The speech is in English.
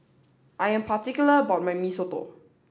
I am particular about my Mee Soto